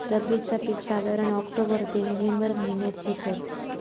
रब्बीचा पीक साधारण ऑक्टोबर ते नोव्हेंबर महिन्यात घेतत